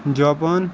Japan